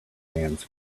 hands